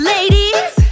Ladies